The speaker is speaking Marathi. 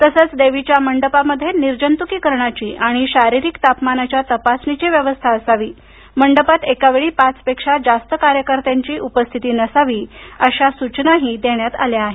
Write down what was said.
तसंच देवीच्या मंडपामध्ये निर्जंत्करणाची आणि शारीरिक तापमानाची तपासणीची व्यवस्था असावी मंडपात एकावेळी पाचपेक्षा जास्त कार्यकर्त्यांची उपस्थिती नसावी अशा सूचनाही देण्यात आल्या आहेत